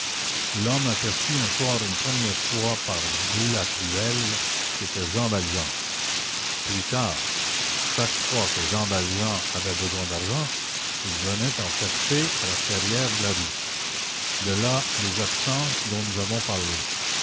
l'homme aperçu un soir une première fois par boulatruelle c'était jean valjean plus tard chaque fois que jean valjean avait besoin d'argent il venait en chercher à la clairière blaru de là les absences dont nous avons parlé